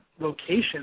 Location